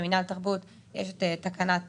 במינהל התרבות יש את תקנת סל"ע,